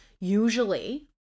Usually